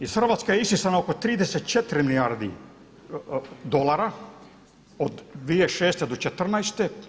Iz Hrvatske je isisano oko 34 milijardi dolara od 2006. do 2014.